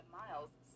miles